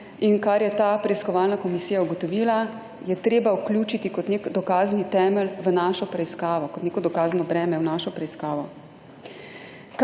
in kar je ta preiskovalna komisija ugotovila, je treba vključiti kot nek dokazni temelj v našo preiskavo, kot neko dokazno breme v našo preiskavo.